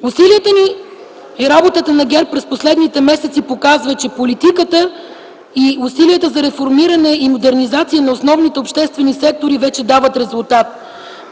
приоритети. Работата на ГЕРБ през последните месеци показва, че политиката и усилията за реформиране и модернизация на основните обществени сектори вече дават резултат.